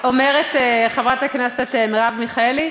או בעולם, אומרת חברת הכנסת מרב מיכאלי.